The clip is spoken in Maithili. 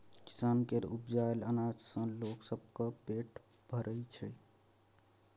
किसान केर उपजाएल अनाज सँ लोग सबक पेट भरइ छै